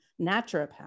naturopath